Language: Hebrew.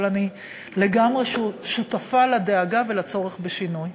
אבל אני לגמרי שותפה לדאגה ולצורך בשינוי.